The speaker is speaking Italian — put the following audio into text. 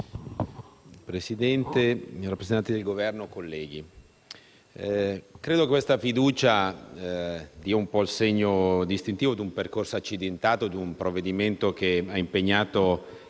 Presidente, rappresentanti del Governo, colleghi, credo che questa fiducia dia un po' il segno distintivo di un percorso accidentato di un provvedimento che ha impegnato